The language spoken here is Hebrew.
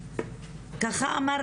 ככה אמר,